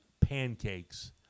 pancakes